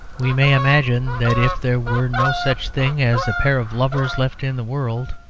we may imagine that if there were no such thing as a pair of lovers left in the world,